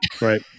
Right